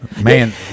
man